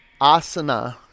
asana